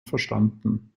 verstanden